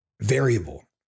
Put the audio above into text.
variable